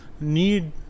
Need